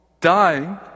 dying